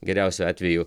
geriausiu atveju